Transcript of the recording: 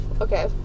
okay